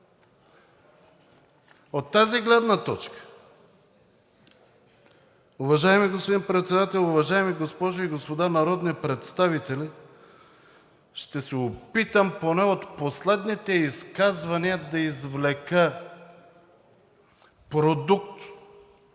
Председател, уважаеми госпожи и господа народни представители, ще се опитам поне от последните изказвания да извлека продукт